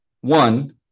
One